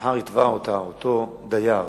מחר יתבע אותה הדייר